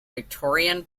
victorian